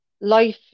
life